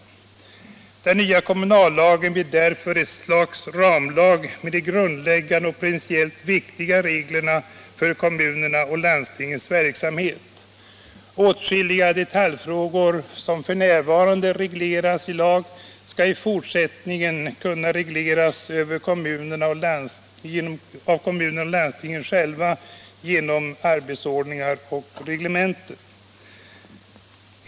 Den nya kommunallagen blir därför ett slags ”ramlag” med de grundläggande och principiellt viktiga reglerna för kommunernas och landstingens verksamhet. Åtskilliga detaljfrågor som f. n. regleras i lag skall i fortsättningen kunna regleras av kommunerna och landstingen själva, t.ex. i arbetsordningar och reglementen.